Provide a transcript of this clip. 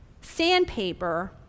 sandpaper